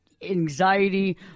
anxiety